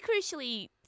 crucially